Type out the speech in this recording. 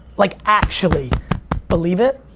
like actually believe it.